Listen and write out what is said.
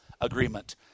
agreement